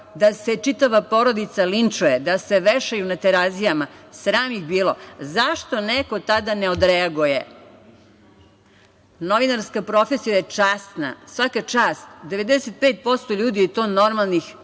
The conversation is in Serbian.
da se čitava porodica linčuje, da se vešaju na Terazijama. Sram ih bilo. Zašto neko tada ne odreaguje? Novinarska profesija je časna. Svaka čast 95% ljudi je tu normalnih,